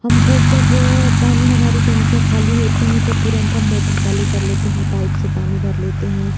हम को जब पानी हमारे टंकियाँ ख़ाली होती है तो तुरंत हम मोटर चालू कर लेते हैं पायप से पानी भर लेते हैं